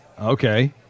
Okay